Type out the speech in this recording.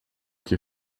que